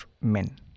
men